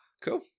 Cool